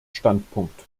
standpunkt